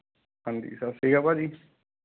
ਹਾਂਜੀ ਸਤਿ ਸ਼੍ਰੀ ਅਕਾਲ ਭਾਅ ਜੀ